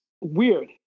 weird